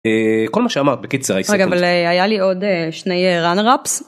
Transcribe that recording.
כל מה שאמרת בקיצור היה לי עוד שני רנראפס.